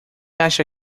acha